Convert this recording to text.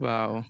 Wow